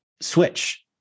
switch